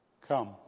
Come